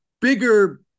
bigger